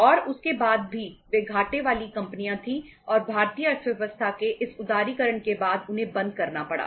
और उसके बाद भी वे घाटे वाली कंपनियां थीं और भारतीय अर्थव्यवस्था के इस उदारीकरण के बाद उन्हें बंद करना पड़ा